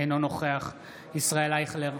אינו נוכח ישראל אייכלר,